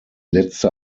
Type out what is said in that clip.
letzte